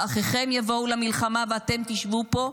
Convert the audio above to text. האחיכם יבואו למלחמה ואתם תשבו פה?